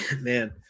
Man